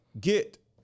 get